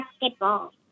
basketball